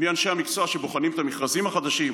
מי אנשי המקצוע שבוחנים את המכרזים החדשים?